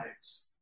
lives